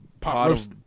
pot